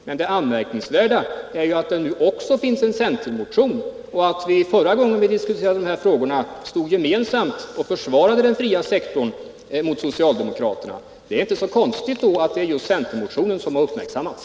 Men det anmärkningsvärda är ju att det nu också finns en centermotion — och förra gången vi diskuterade dessa frågor stod vi gemensamt och försvarade den fria sektorn mot socialdemokraterna. Det är då inte så konstigt att det är centermotionen som har uppmärksammats.